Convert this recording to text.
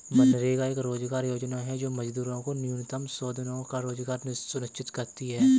मनरेगा एक रोजगार योजना है जो मजदूरों को न्यूनतम सौ दिनों का रोजगार सुनिश्चित करती है